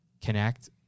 connect